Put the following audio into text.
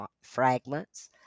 fragments